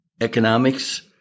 economics